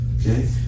Okay